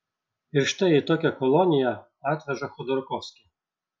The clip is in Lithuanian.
ir štai į tokią koloniją atveža chodorkovskį